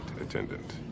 attendant